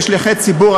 כשליחי ציבור,